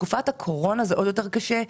בתקופת הקורונה זה עוד יותר קשה.